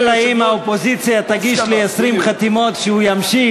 אלא אם כן האופוזיציה תגיש לי 20 חתימות שהוא ימשיך.